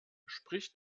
spricht